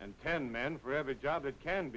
and ten man forever job that can